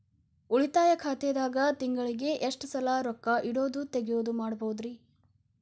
ಉಳಿತಾಯ ಖಾತೆದಾಗ ತಿಂಗಳಿಗೆ ಎಷ್ಟ ಸಲ ರೊಕ್ಕ ಇಡೋದು, ತಗ್ಯೊದು ಮಾಡಬಹುದ್ರಿ?